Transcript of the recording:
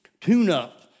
tune-up